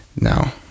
Now